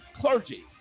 clergy